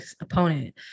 opponent